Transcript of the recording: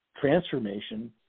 transformation